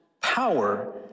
power